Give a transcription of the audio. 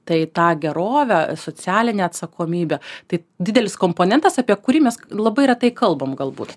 tai tą gerovę socialinę atsakomybę tai didelis komponentas apie kurį mes labai retai kalbam galbūt